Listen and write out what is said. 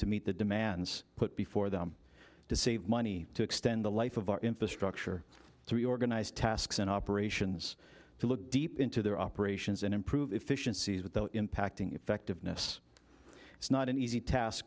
to meet the demands put before them to save money to extend the life of our infrastructure so we organize tasks and operations to look deep into their operations and improve efficiencies without impacting effectiveness it's not an easy task